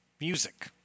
music